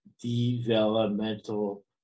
developmental